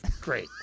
Great